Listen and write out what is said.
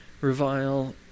revile